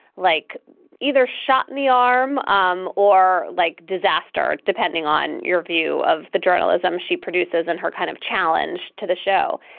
like either shot in the arm um or like disaster, depending on your view of the journalism she produces and her kind of challenge to the show.